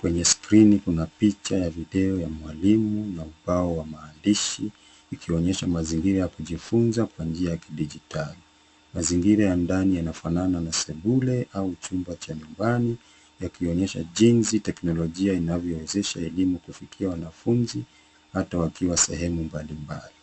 Kwenye skrini kuna picha ya video ya mwalimu na ubao wa maandishi ikionyesha mazingira ya kujifunza kwa njia ya kidijitali. Mazingira ya ndani yanafanana, na sebule au chumba cha nyumbani, yakionyesha jinsi teknolojia inavyowezesha elimu kufikia wanafunzi hata wakiwa sehemu mbalimbali.